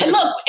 Look